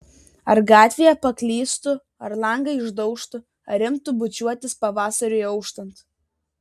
ar gatvėje paklystų ar langą išdaužtų ar imtų bučiuotis pavasariui auštant